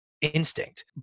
instinct